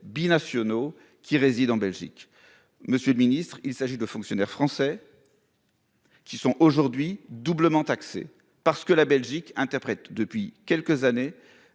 binationaux qui réside en Belgique. Monsieur le ministre, il s'agit de fonctionnaires français.-- Qui sont aujourd'hui doublement taxés parce que la Belgique interprète depuis quelques années